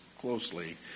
closely